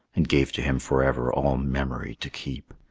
and gave to him forever all memory to keep,